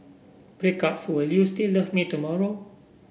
breakups will you still love me tomorrow